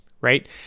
right